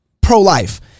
pro-life